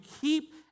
keep